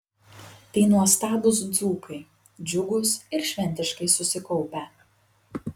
tai nuostabūs dzūkai džiugūs ir šventiškai susikaupę